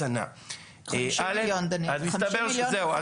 50 מיליון --- אז מסתבר ש-זהו,